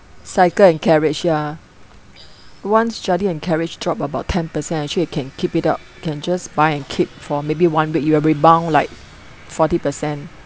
Cycle and Carriage ya once Jardine and carriage drop about ten percent actually you can keep it up can just buy and keep for maybe one week it will rebound like forty percent